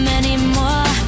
anymore